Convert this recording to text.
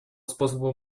способа